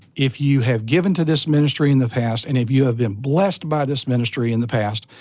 if you have given to this ministry in the past, and if you have been blessed by this ministry in the past,